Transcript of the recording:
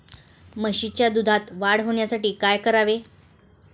म्हशीच्या दुधात वाढ होण्यासाठी काय करावे?